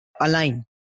align